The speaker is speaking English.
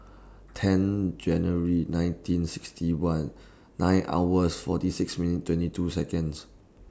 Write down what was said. ten January nineteen sixty one nine hours forty six minute twenty two Seconds